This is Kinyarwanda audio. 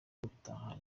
gutaha